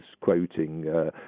quoting